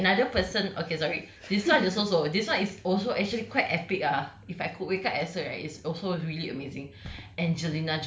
ho~ he okay another person okay sorry this [one] is also this [one] is also actually quite epic ah if I could wake up as her right is also really amazing